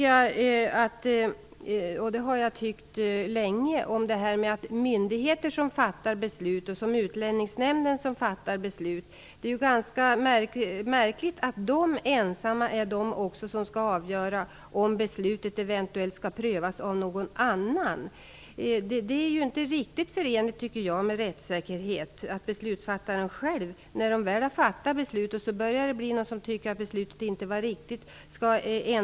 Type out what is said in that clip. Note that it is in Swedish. Jag har länge tyckt att det är ganska märkligt att myndigheter som fattar beslut, t.ex. Utlänningsnämnden, ensamma skall avgöra om beslutet eventuellt skall prövas av någon annan. Jag tycker inte att det är riktigt förenligt med rättssäkerhet att beslutsfattaren själv, när man väl har fattat beslutet, skall ändra uppfattning därför att någon tycker att beslutet inte var riktigt.